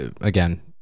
again